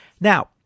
Now